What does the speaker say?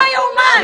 לא יאומן.